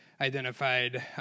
identified